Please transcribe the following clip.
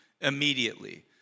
immediately